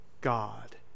God